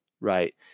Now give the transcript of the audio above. right